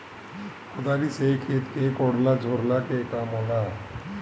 कुदारी से खेत के कोड़ला झोरला के काम होला